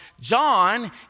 John